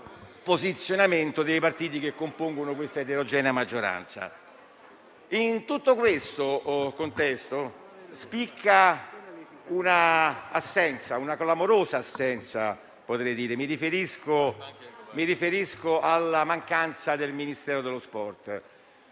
posizionamento dei partiti che compongono questa eterogenea maggioranza. In tutto questo contesto spicca un'assenza clamorosa: mi riferisco alla mancanza del Ministero dello sport.